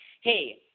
hey